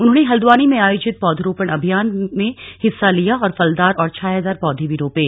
उन्होंने हल्द्वानी में आयोजित पौधरोपण अभियान में हिस्सा लिया और फलदार और छायादार पौधे भी रोपे